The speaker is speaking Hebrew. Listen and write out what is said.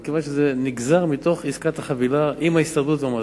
מכיוון שזה נגזר מתוך עסקת החבילה עם ההסתדרות והמעסיקים.